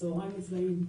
צהריים נפלאים.